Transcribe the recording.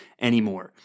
anymore